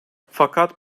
fakat